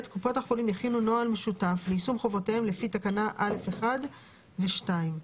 קופות החולים יכינו נוהל משותף ליישום חובותיהן לפי תקנה (א)(1) ו-(2).